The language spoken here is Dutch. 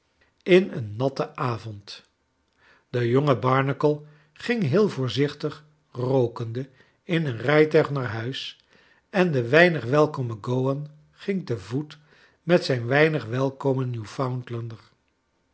in een natten avond de jonge barnacle ging heel voorzichtig rook ende in een rijtuig naar huis en de weinig welkome go wan ging te voet met zijn weinig welkomen